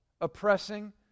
oppressing